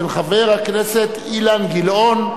של חבר הכנסת אילן גילאון.